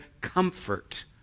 comfort